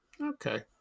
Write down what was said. Okay